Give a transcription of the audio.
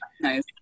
Nice